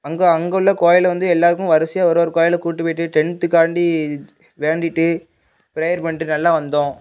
அங்கே அங்குள்ள கோவிலு வந்து எல்லோருக்கும் வரிசையாக ஒரு ஒரு கோவிலா கூப்ட்டுப் போய்ட்டு டென்த்துக்காண்டி வேண்டிட்டு ப்ரேயர் பண்ணிட்டு நல்லா வந்தோம்